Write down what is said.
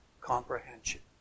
comprehension